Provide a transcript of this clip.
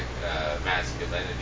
masculinity